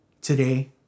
Today